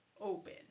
open